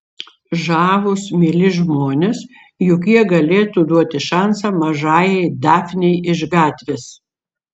žavūs mieli žmonės juk jie galėtų duoti šansą mažajai dafnei iš gatvės